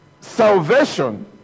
salvation